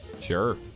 sure